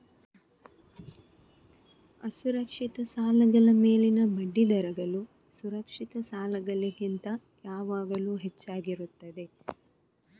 ಅಸುರಕ್ಷಿತ ಸಾಲಗಳ ಮೇಲಿನ ಬಡ್ಡಿ ದರಗಳು ಸುರಕ್ಷಿತ ಸಾಲಗಳಿಗಿಂತ ಯಾವಾಗಲೂ ಹೆಚ್ಚಾಗಿರುತ್ತದೆ